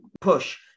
push